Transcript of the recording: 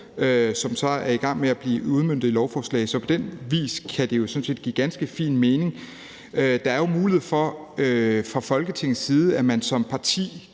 som så er i gang med at blive udmøntet i lovforslag. Så på den vis kan det sådan set give ganske fin mening. Der er jo fra Folketingets side mulighed for, at man som parti